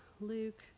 Luke